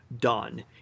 done